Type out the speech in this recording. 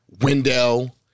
Wendell